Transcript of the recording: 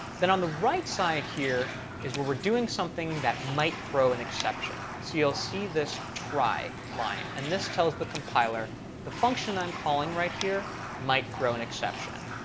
then on the right side here is where we're doing something that might throw an exception. so you'll see this try line. and this tells the compiler the function i'm calling right here might throw an exception.